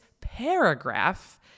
paragraph